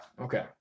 Okay